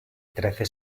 trece